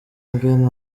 ingene